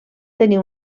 tenir